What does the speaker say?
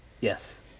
Yes